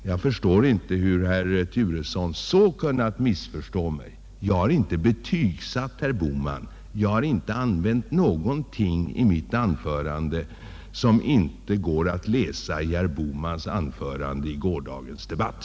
Jag förstär inte hur herr Turesson så kunnat missförstå mig. Jag har inte betygsatt herr Bohman. Jag har inte i mitt anförande sagt något som inte står att läsa i referatet av herr Bohmans anförande i gårdagens debatt.